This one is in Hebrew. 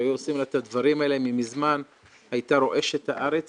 שהיו עושים לה את הדברים האלה מזמן הייתה רועשת הארץ